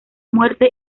muerte